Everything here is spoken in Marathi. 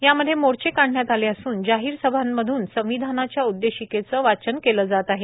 यामध्ये मोर्च काढण्यात आले असून जाहीर सभांमधून संविधानाच्या उद्देशिकेचं वाचन केलं जात आहे